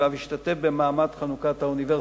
ואף השתתף במעמד חנוכת האוניברסיטה,